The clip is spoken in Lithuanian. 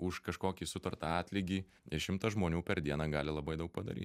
už kažkokį sutartą atlygį nes šimtas žmonių per dieną gali labai daug padaryt